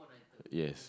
yes